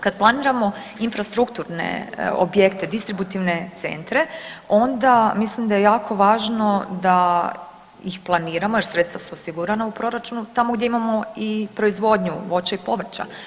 Kada planiramo infrastrukturne objekte distributivne centre onda mislim da je jako važno da ih planiramo jer sredstva su osigurana u proračunu tamo gdje imamo i proizvodnju voća i povrća.